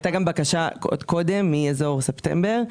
היתה גם בקשה עוד קודם מאזור ספטמבר.